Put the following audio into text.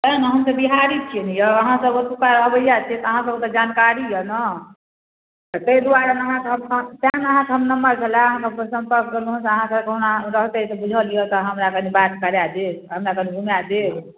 तेँ ने हम सब बिहारी छिए ने यौ अहाँसब तऽ एतौका घरबैआ छिए तऽ अहाँसबके जानकारी अइ ने तऽ ताहि दुआरे ने अहाँके हम फोन तेँ ने अहाँके नम्बर छलै अहाँसँ सम्पर्क केलहुँ हँ तऽ अहाँसबके कहुना रहतै तऽ बुझल अइ जे हमरा कनि बात करा देब हमरा कनि घुमा देब